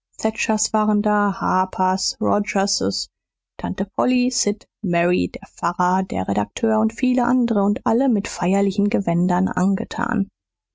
waren da harpers rogerses tante polly sid mary der pfarrer der redakteur und viele andere und alle mit feierlichen gewändern angetan